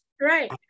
right